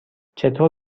چطور